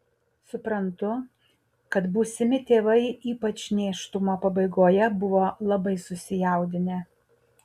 suprantu kad būsimi tėvai ypač nėštumo pabaigoje buvo labai susijaudinę